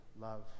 love